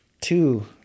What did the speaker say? two